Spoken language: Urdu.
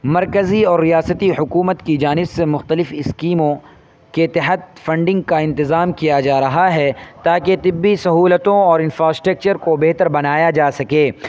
مرکزی اور ریاستی حکومت کی جانب سے مختلف اسکیموں کے تحت فنڈنگ کا انتظام کیا جا رہا ہے تاکہ طبی سہولتوں اور افراسٹرکچر کو بہتر بنایا جا سکے